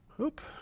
Oop